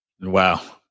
Wow